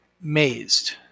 mazed